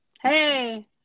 Hey